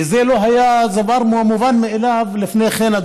וזה לא היה דבר מובן מאליו לפני כן,